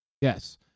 Yes